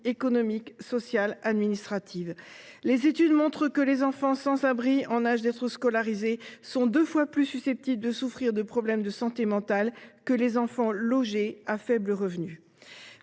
économique, sociale et administrative. Les études montrent que les enfants sans abri en âge d’être scolarisés sont deux fois plus susceptibles de souffrir de problèmes de santé mentale que les enfants logés de familles